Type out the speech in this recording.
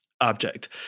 object